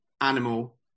Animal